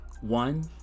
one